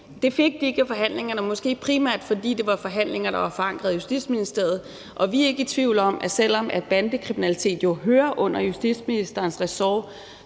Det fik de ikke i forhandlingerne; måske primært fordi det var forhandlinger, der var forankret i Justitsministeriet. Og selv om bandekriminalitet jo hører under justitsministerens ressort,